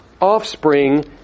offspring